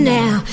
now